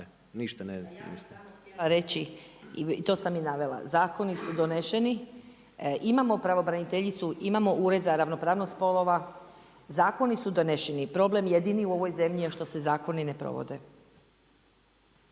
Pa ja bi samo htjela reći i to sam i navela. Zakoni su doneseni, imamo pravobraniteljicu, imamo ured za ravnopravnost spolova, zakoni su doneseni. Problem jedini u ovoj zemlji je što se zakoni ne provode.